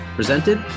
presented